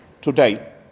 today